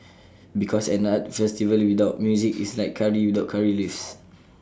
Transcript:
because an arts festival without music is like Curry without Curry leaves